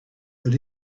but